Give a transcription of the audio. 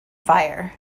fire